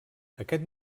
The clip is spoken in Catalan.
aquest